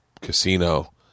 casino